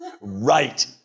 Right